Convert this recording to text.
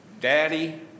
Daddy